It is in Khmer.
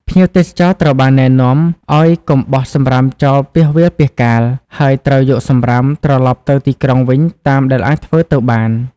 ភ្ញៀវទេសចរត្រូវបានណែនាំឱ្យកុំបោះ សំរាម ចោលពាសវាលពាសកាល ហើយត្រូវយកសំរាមត្រលប់ទៅទីក្រុងវិញតាមដែលអាចធ្វើទៅបាន។